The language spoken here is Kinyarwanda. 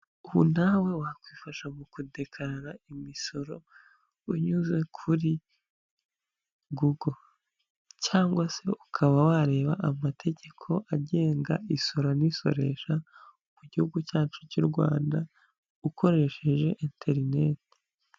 Ubu nawe wakwifasha mu kudekarara imisoro unyuze kuri Gugo cyangwa se ukaba wareba amategeko agenga isora n'isoresha mu gihugu cyacu cy'u Rwanda ukoresheje interineti.